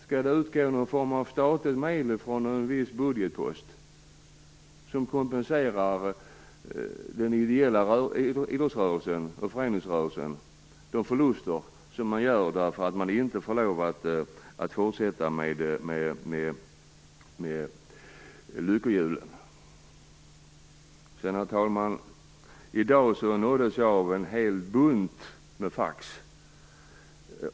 Skall någon form av statliga medel utgå från en viss budgetpost för att kompensera den ideella idrottsrörelsen och föreningsrörelsen för förluster som görs, därför att det inte är tillåtet att fortsätta med lyckohjulen? Herr talman! I dag nåddes jag av en bunt fax.